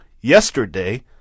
yesterday